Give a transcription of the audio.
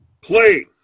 Play